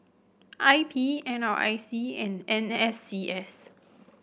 I P N R I C and N S C S